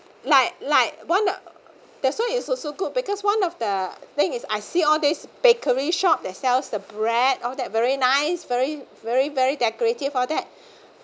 like like one uh that's why it's also good because one of the thing is I see all this bakery shop that sells the bread all that very nice very very very decorative all that